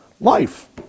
life